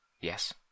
Yes